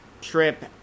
trip